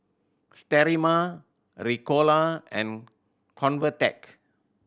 Sterimar Ricola and Convatec